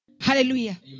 Hallelujah